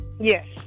Yes